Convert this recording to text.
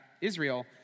Israel